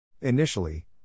Initially